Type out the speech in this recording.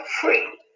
free